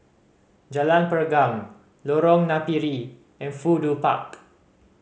Jalan Pergam Lorong Napiri and Fudu Park